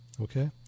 Okay